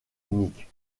unique